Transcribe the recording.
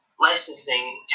licensing